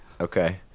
Okay